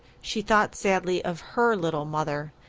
she thought sadly of her little mother,